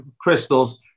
crystals